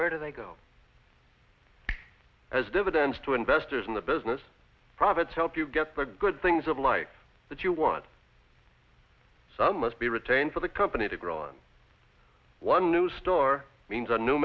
where they go as dividends to investors in the business profits help you get the good things of life that you want some must be retained for the company to grow on one new store means a new